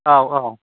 औ औ